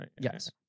Yes